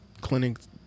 clinics